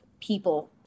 people